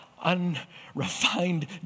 unrefined